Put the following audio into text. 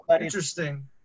interesting